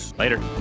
Later